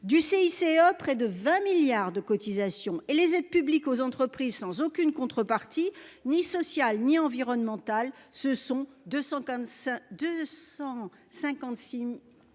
du CICE, près de 20 milliards de cotisations et les aides publiques aux entreprises sans aucune contrepartie, ni sociale ni environnementale, ce sont 200